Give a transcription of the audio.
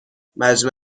مجمع